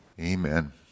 Amen